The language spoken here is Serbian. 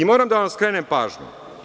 Moram da vam skrenem pažnju.